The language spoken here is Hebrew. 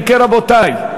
אם כן, רבותי,